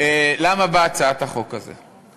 למה באה הצעת החוק הזאת?